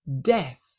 death